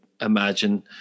imagine